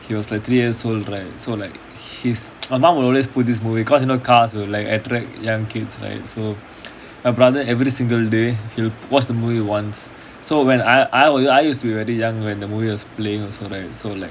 he was like three years old right so like he's my mum will always play this movie cause you know cars will like attract young kids right so my brother every single day he'll watch the movie once so when I I I use to be very young when the movie was playing also right so like